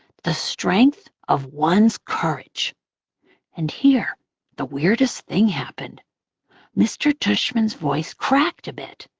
the strength of one's courage and here the weirdest thing happened mr. tushman's voice cracked a bit,